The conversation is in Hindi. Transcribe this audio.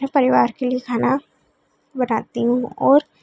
अपने परिवार के लिए बनाती हूँ और